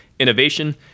innovation